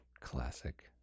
Classic